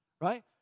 right